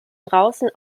draußen